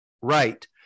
Right